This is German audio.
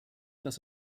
dass